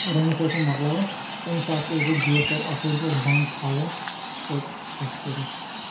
رٔنِتھ ٲسِو مۄکلاوان تَمہِ ساتہٕ تہِ ٲسۍزیو گیس اَصٕل پٲٹھۍ بنٛد تھاوان سُہ فِٹ کٔرِتھ